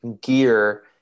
gear